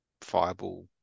fireball